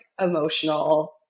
emotional